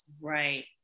Right